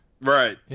Right